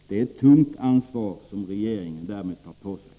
Det är ett tungt ansvar som regeringen därmed tar på sig.